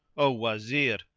o wazir,